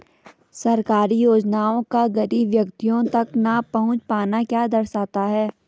सरकारी योजनाओं का गरीब व्यक्तियों तक न पहुँच पाना क्या दर्शाता है?